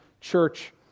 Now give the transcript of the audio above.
church